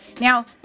Now